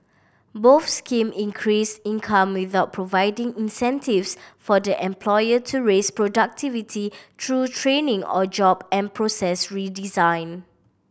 both scheme increased income without providing incentives for the employer to raise productivity through training or job and process redesign